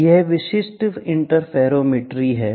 यह विशिष्ट इंटरफेरोमेट्री है